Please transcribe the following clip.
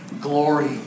glory